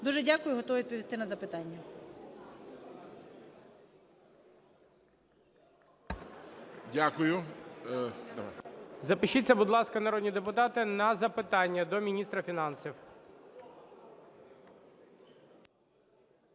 Дуже дякую. Готова відповісти на запитання.